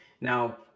Now